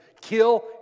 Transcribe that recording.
kill